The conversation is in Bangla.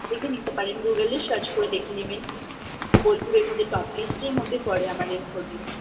দেখে নিতে পারেন গুগলে সার্চ করে দেখে নেবেন বোলপুরের মধ্যে টপ লিস্টের মধ্যে পড়ে আমাদের হোটেল